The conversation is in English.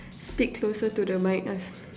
stick closer to the mic